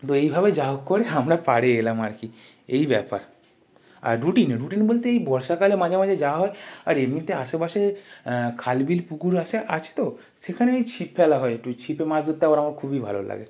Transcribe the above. তো এইভাবে যা হোক করে আমরা পাড়ে এলাম আর কি এই ব্যাপার আর রুটিন রুটিন বলতে এই বর্ষাকালে মাঝে মাঝে যাওয়া হয় আর এমনিতে আশেপাশে খাল বিল পুকুর আছা আছে তো সেখানে এই ছিপ ফেলা হয় একটু ছিপে মাছ ধরতে আবার আমার খুবই ভালো লাগে